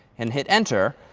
and hit enter.